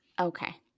okay